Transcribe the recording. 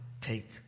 take